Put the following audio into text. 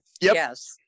Yes